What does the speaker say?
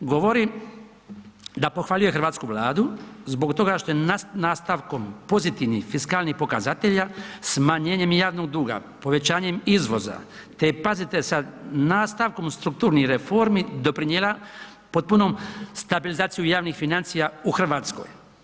Govori da pohvaljuje hrvatsku Vladu zbog toga što je nastavkom pozitivnih fiskalnih pokazatelja, smanjenjem i javnog duga, povećanjem izvoza te pazite sad, nastavkom strukturnih reformi doprinijela potpunom stabilizaciju javnih financija u Hrvatskoj.